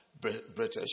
British